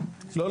לא,